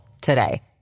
today